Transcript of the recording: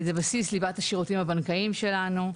זהו בסיס ליבת השירותים הבנקאיים שלנו.